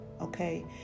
okay